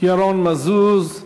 ירון מזוז.